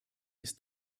ist